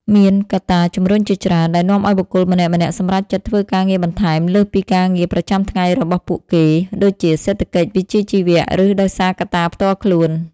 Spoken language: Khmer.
មានកត្តាជំរុញជាច្រើន ដែលនាំឱ្យបុគ្គលម្នាក់ៗសម្រេចចិត្តធ្វើការងារបន្ថែមលើសពីការងារប្រចាំរបស់ពួកគេ ដូចជា សេដ្ឋកិច្ច វិជ្ជាជីវៈ ឬដោយសារកត្តាផ្ទាល់ខ្លួន។